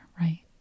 right